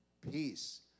Peace